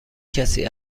کسی